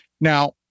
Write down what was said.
Now